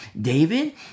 David